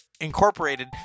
incorporated